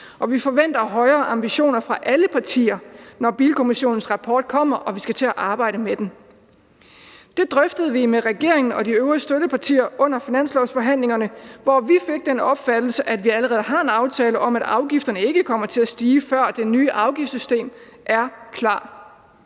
og vi forventer højere ambitioner fra alle partier, når bilkommissionens rapport kommer, og vi skal til at arbejde med den. Det drøftede vi med regeringen og de øvrige støttepartier under finanslovsforhandlingerne, hvor vi fik den opfattelse, at vi allerede har en aftale om, at afgifterne ikke kommer til at stige, før det nye afgiftssystem er klar.